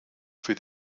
für